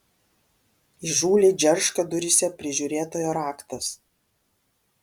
įžūliai džerška duryse prižiūrėtojo raktas